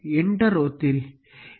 enter ಒತ್ತಿರಿ